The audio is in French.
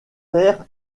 père